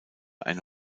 eine